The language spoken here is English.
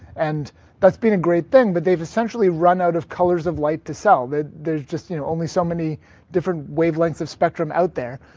and that's been a great thing, but they have essentially run out of colors of right to sell. there's just you know only so many different wavelengths of spectrum out there.